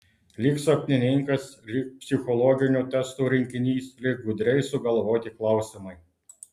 lyg sapnininkas lyg psichologinių testų rinkinys lyg gudriai sugalvoti klausimai